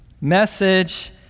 message